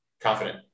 Confident